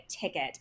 ticket